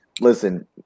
Listen